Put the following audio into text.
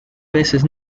veces